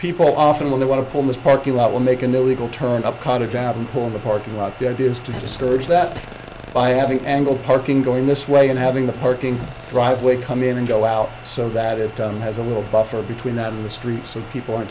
people often when they want to call this parking lot will make an illegal turn of conduct out and pull in the parking lot the idea is to discourage that by having angle parking going this way and having the parking driveway come in and go out so that it has a little buffer between that and the streets or people